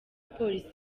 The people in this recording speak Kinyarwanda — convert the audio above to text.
polisi